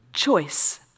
Choice